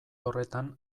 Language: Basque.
horretan